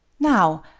now,